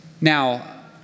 Now